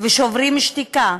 "שוברים שתיקה",